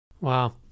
Wow